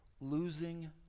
losing